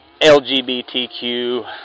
LGBTQ